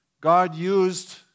God-used